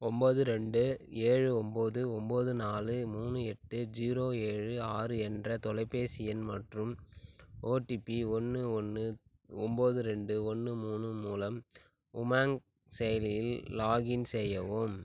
ஒம்பது ரெண்டு ஏழு ஒம்பது ஒம்பது நாலு மூணு எட்டு ஜீரோ ஏழு ஆறு என்ற தொலைபேசி எண் மற்றும் ஓடிபி ஒன்று ஒன்று ஒம்பது ரெண்டு ஒன்று மூணு மூலம் உமாங் செயலியில் லாக்இன் செய்யவும்